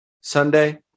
sunday